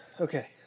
Okay